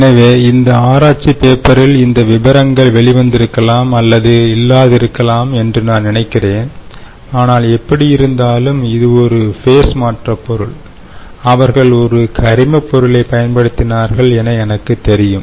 எனவே இந்த ஆராய்ச்சி பேப்பரில் இந்த விபரங்கள் வெளிவந்திருக்கலாம் அல்லது இல்லாதிருக்கலாம் என்று நான் நினைக்கிறேன் ஆனால் எப்படியிருந்தாலும் இது ஒரு ஃபேஸ் மாற்ற பொருள் அவர்கள் ஒரு கரிமப் பொருளைப் பயன்படுத்தினார்கள் என எனக்கு தெரியும்